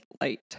light